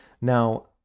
Now